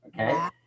Okay